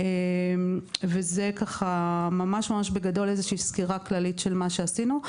זו סקירה כללית של מה שעשינו.